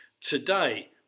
today